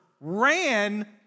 ran